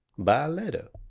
by letter.